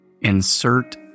insert